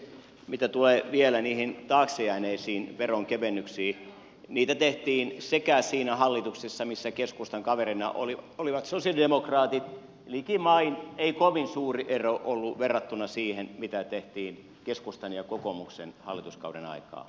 mitä tulee vielä niihin taakse jääneisiin veronkevennyksiin niitä tehtiin myös siinä hallituksessa missä keskustan kaverina olivat sosialidemokraatit likimain ei kovin suuri ero ollut verrattuna siihen mitä tehtiin keskustan ja kokoomuksen hallituskauden aikaan